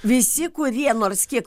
visi kurie nors kiek